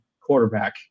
quarterback